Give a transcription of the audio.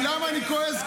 למה אני כועס?